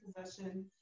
possession